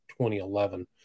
2011